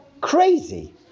crazy